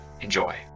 Enjoy